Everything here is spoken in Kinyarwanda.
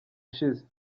ushize